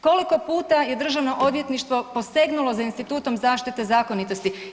Koliko puta je državno odvjetništvo posegnulo za Institutom zaštite zakonitosti?